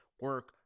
Work